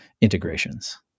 integrations